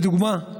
לדוגמה,